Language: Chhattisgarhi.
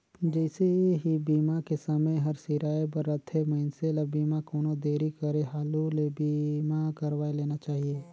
जइसे ही बीमा के समय हर सिराए बर रथे, मइनसे ल बीमा कोनो देरी करे हालू ले बीमा करवाये लेना चाहिए